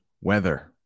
weather